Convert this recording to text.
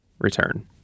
Return